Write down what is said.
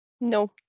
No